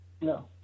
No